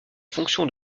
fonction